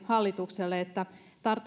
hallitukselle toimenpidealoitteen että